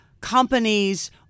companies